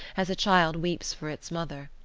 as a child weeps for its mother.